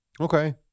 Okay